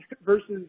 versus